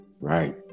Right